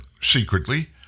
secretly